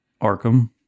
Arkham